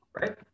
right